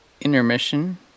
intermission